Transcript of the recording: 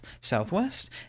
southwest